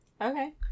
Okay